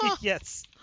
Yes